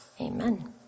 Amen